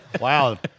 Wow